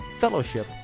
fellowship